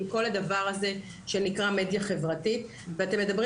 עם כל הדבר הזה שנקרא מדיה חברתית ואתם מדברים